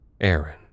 Aaron